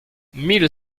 mille